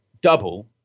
double